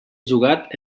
jugat